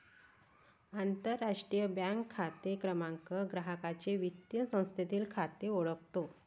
आंतरराष्ट्रीय बँक खाते क्रमांक ग्राहकाचे वित्तीय संस्थेतील खाते ओळखतो